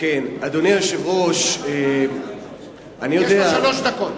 לרשותך שלוש דקות.